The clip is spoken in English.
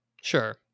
Sure